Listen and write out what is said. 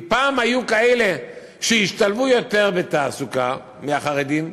אם פעם היו כאלה שהשתלבו יותר בתעסוקה, מהחרדים,